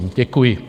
Děkuji.